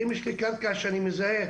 אם יש לי קרקע שאני מזהה